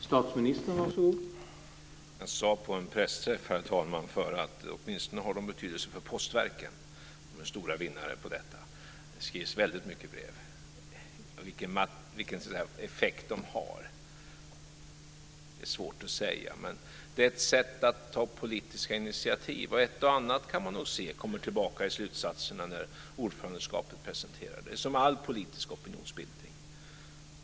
Herr talman! Jag sade på en pressträff att de åtminstone har betydelse för postverken. De är stora vinnare på detta. Det skrivs väldigt många brev. Det är svårt att säga vilken effekt de har, men det är ett sätt att ta politiska initiativ. Ett och annat kan man nog få se komma tillbaka i slutsatserna när ordförandeskapet presenterar dem. Det är som med all politisk opinionsbildning.